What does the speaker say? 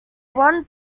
won